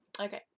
Okay